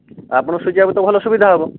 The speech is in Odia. ଆଉ ଆପଣ ଙ୍କୁ ସୁଜିବାକୁ ତ ଭଲ ସୁବିଧା ହେବ